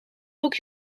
ook